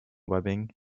webbing